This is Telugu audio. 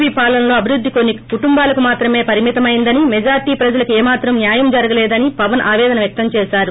పీ పాలనలో అభివృద్ది కొన్ని కుటుంబాలకు మాత్రమే పరిమితమైందని మెజారిటీ ప్రజలకు ఏమాత్రం న్నాయం జరగలేదని పవన్ ఆపేదన వ్యక్తం చేసారు